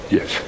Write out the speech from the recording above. Yes